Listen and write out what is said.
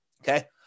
Okay